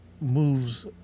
moves